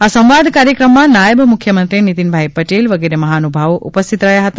આ સંવાદ કાર્યક્રમમાં નાયબ મુખ્યમંત્રી નીતિનભાઈ પટેલ વગેરે મહાનુભાવો ઉપસ્થિત રહ્યા હતા